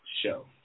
show